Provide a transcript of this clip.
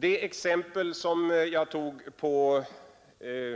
Det exempel som jag tog på